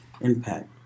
Impact